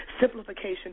simplification